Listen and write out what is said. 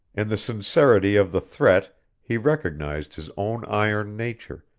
in the sincerity of the threat he recognized his own iron nature,